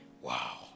Wow